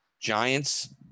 Giants